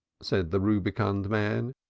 said the rubicund man.